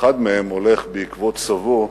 ואחד מהם הולך בעקבות סבו,